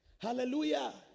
hallelujah